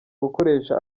gukoresha